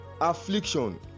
affliction